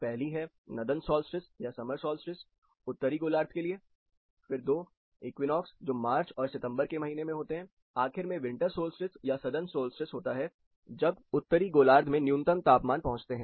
पहली है northern solstice या समर सोल्स्टिस उत्तरी गोलार्ध के लिए फिर दो इक्विनोक्स जो मार्च और सितंबर के महीने में होते हैं और आखिर में विंटर सोल्स्टिस या सदर्न सॉल्स्टिस होता है जब उत्तरी गोलार्ध में न्यूनतम तापमान पहुंचते हैं